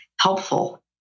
helpful